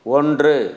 ஒன்று